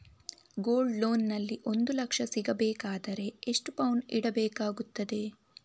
Gold loan ನಲ್ಲಿ ಒಂದು ಲಕ್ಷ ಸಿಗಬೇಕಾದರೆ ಎಷ್ಟು ಪೌನು ಇಡಬೇಕಾಗುತ್ತದೆ?